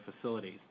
facilities